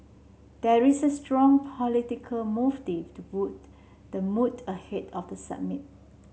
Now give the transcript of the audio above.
there is a strong political motive to boost the mood ahead of the summit